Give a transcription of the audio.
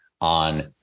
on